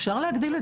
אפשר להגדיל את